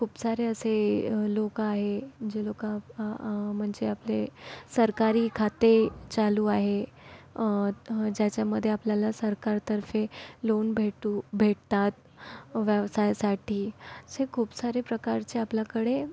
खूप सारे असे लोकं आहे जे लोकं म्हणजे आपले सरकारी खाते चालू आहे ज्याच्यामध्ये आपल्याला सरकारतर्फे लोन भेटू भेटतात व्यवसायासाठी असे खूप सारे प्रकारचे आपल्याकडे